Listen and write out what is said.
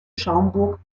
schaumburg